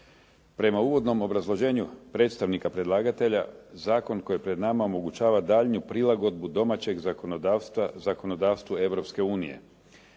Prema uvodnom obrazloženju predstavnika predlagatelja zakon koji je pred nama omogućava daljnju prilagodbu domaćeg zakonodavstva zakonodavstvu Europske unije.